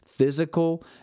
physical